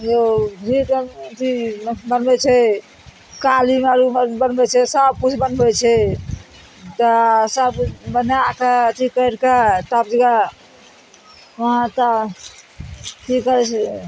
यौ अथी बनबइ छै कालीगर उगर बनबइ छै सबकिछु बनबइ छै तऽ सबकिछु बनाके अथी करिके सब जगह हँ तऽ की करय छै यौ